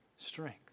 Strength